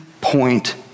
point